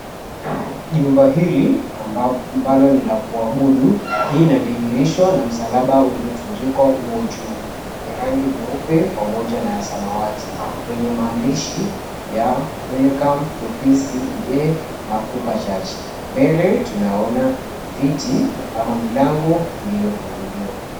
Jumba hili ambalo ni la kuabudu, hii inadhihirishwa na msalaba uliotundikwa humo juu ya rangi nyeupe pamoja na ya samawati yenye maandishi ya Welcome To PCEA Makupa Church mbele tunaona viti ama milango iliyofunguliwa.